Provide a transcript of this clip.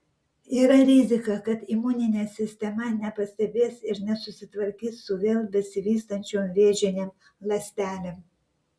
yra rizika kad imuninė sistema nepastebės ir nesusitvarkys su vėl besivystančiom vėžinėm ląstelėm